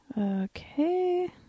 Okay